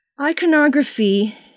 Iconography